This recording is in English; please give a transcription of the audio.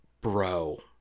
Bro